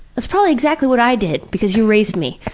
it's probably exactly what i did because you raised me,